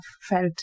felt